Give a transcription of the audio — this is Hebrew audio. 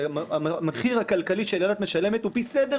כי המחיר הכלכלי שהעיר אילת משלמת הוא הרבה יותר